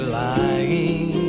lying